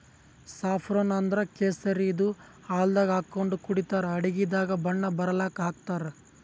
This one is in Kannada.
ಸಾಫ್ರೋನ್ ಅಂದ್ರ ಕೇಸರಿ ಇದು ಹಾಲ್ದಾಗ್ ಹಾಕೊಂಡ್ ಕುಡಿತರ್ ಅಡಗಿದಾಗ್ ಬಣ್ಣ ಬರಲಕ್ಕ್ ಹಾಕ್ತಾರ್